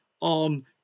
on